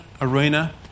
arena